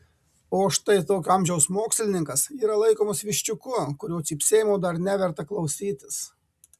o štai tokio amžiaus mokslininkas yra laikomas viščiuku kurio cypsėjimo dar neverta klausytis